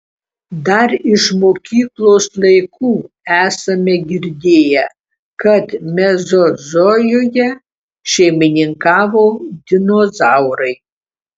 dar iš mokyklos laikų esame girdėję kad mezozojuje šeimininkavo dinozaurai